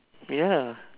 ya